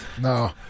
No